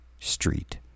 street